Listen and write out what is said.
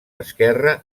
esquerra